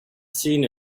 seen